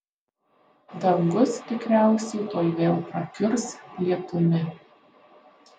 dangus tikriausiai tuoj vėl prakiurs lietumi